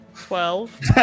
Twelve